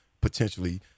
potentially